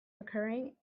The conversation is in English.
occurring